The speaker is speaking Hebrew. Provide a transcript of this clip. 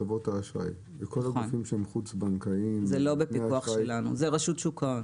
הגופים החוץ-בנקאיים הם בפיקוח של רשות שוק ההון.